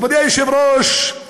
מכובדי היושב-ראש,